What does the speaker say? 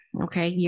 Okay